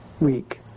week